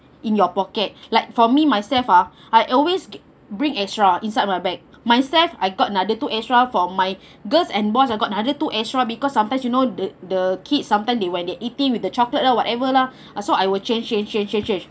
in your pocket like for me myself ah I always bring extra inside my bag myself I got another two extra for my girls and boys I got another two extra because sometimes you know the the kid sometime they when they eating with the chocolate lah whatever lah so I would change change change change change